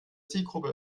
zielgruppe